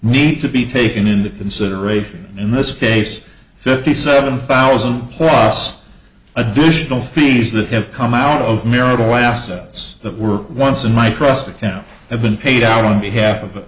need to be taken into consideration in this case fifty seven thousand plus additional fees that have come out of marital assets that were once in my trust account have been paid out on behalf of